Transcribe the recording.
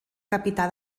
capità